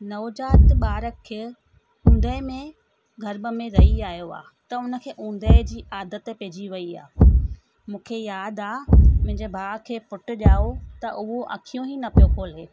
नवजात ॿार खे उंदहि में गर्भ में रही आयो आहे त हुन खे उंदहि जी आदत पइजी वई आहे मूंखे यादि आहे मुंहिंजे भाउ खे पुटु ॼाओ त उहो अखियूं ई न पियो खोले